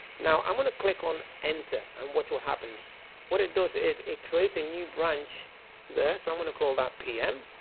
now i'm gonna click on enter and what what happens what it does is it creates a new bruach there. so i'm gonna call that p m.